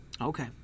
Okay